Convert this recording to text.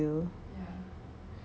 ya only for you